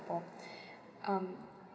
um